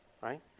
right